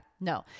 No